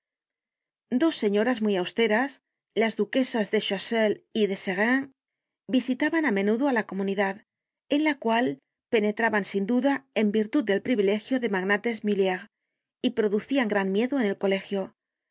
dos señoras muy austeras las duquesas de choiseul y de serení visitaban á menudo á la comunidad en la cual penetraban sin duda en virtud del privilegio de magnates mulleres y producian gran miedo en el colegio